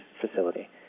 facility